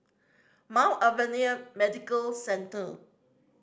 Mount Alvernia Medical Centre